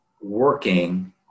working